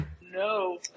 No